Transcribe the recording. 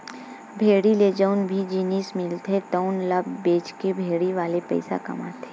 भेड़ी ले जउन भी जिनिस मिलथे तउन ल बेचके भेड़ी वाले पइसा कमाथे